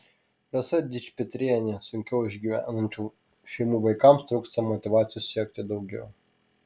rasa dičpetrienė sunkiau gyvenančių šeimų vaikams trūksta motyvacijos siekti daugiau